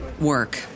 work